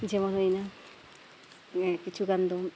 ᱡᱮᱢᱚᱱ ᱦᱩᱭᱱᱟ ᱠᱤᱪᱷᱩ ᱜᱟᱱ ᱫᱚ